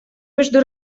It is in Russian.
между